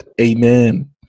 Amen